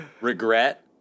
regret